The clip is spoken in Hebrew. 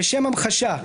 לשם המחשה,